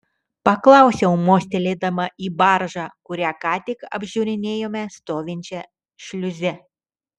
paklausiau mostelėdama į baržą kurią ką tik apžiūrinėjome stovinčią šliuze